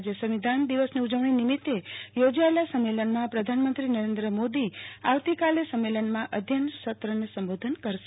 આજે સંવિધાન દિનની ઉજવણી નિમિત્તે યોજાયેલા સમ્મેલનમાં પ્રધાનમંત્રી નરેન્દ્ર મોદી આવતીકાલે સંમેલનના અધ્યયન સત્રને સંબોધન કરશે